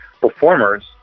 performers